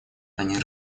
они